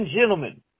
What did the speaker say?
gentlemen